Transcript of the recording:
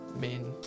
main